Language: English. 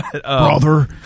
Brother